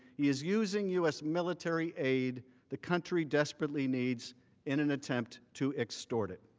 he is using u s. military aid the country desperately needs in an attempt to extort it.